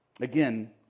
Again